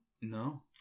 no